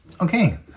Okay